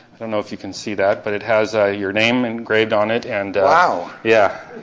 i don't know if you can see that, but it has ah your name engraved on it. and wow. yeah,